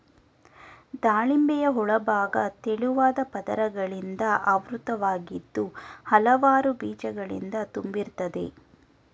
ದಾಳಿಂಬೆಯ ಒಳಭಾಗ ತೆಳುವಾದ ಪದರಗಳಿಂದ ಆವೃತವಾಗಿದ್ದು ಹಲವಾರು ಬೀಜಗಳಿಂದ ತುಂಬಿರ್ತದೆ